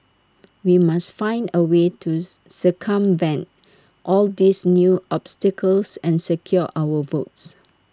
we must find A way to circumvent all these new obstacles and secure our votes